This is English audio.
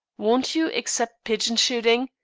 won't you except pigeon-shooting?